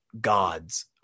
gods